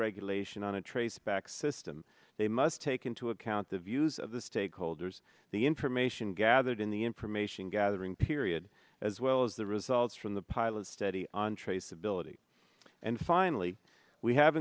regulation on a traceback system they must take into account the views of the stakeholders the information gathered in the information gathering period as well as the results from the pilot study on traceability and finally we have